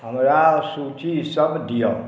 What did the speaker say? हमरा सूची सब दिअ